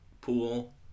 pool